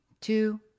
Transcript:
two